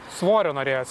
svorio norėjos